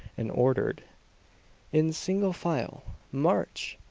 and ordered in single file march!